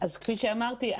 כפי שאמרתי,